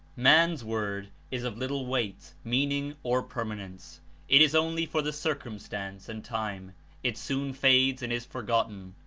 man's word is of little weight, meaning or permanence it is only for the circum stance and time it soon fades and is forgotten,